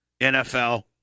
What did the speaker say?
NFL